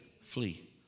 Flee